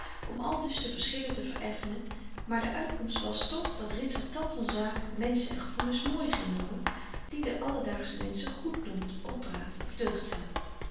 om aldus de verschillen te vereffenen maar de uitkomst was frederik van eeden van de koele meren des doods toch dat ritsert tal van zaken menschen en gevoelens mooi ging noemen die de alledaagsche mensch goed noemt of braaf of deugdzaam